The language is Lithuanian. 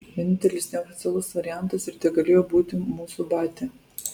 vienintelis neoficialus variantas ir tegalėjo būti mūsų batia